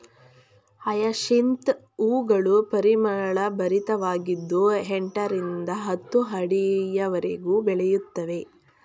hyacinth ಹೂಗಳು ಪರಿಮಳಭರಿತವಾಗಿದ್ದು ಎಂಟರಿಂದ ಹತ್ತು ಅಡಿಯವರೆಗೆ ಬೆಳೆಯುತ್ತವೆ